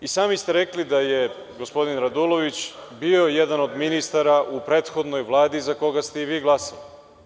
I sami ste rekli da je gospodin Radulović bio jedan od ministara u prethodnoj Vladi za koga ste i vi glasali.